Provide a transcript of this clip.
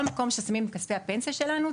על כל מקום שאנחנו שמים את כספי הפנסיה שלנו.